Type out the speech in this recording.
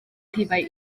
rhifau